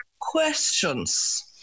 questions